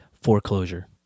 Foreclosure